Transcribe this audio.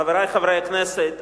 חברי חברי הכנסת,